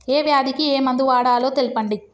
ఏ వ్యాధి కి ఏ మందు వాడాలో తెల్పండి?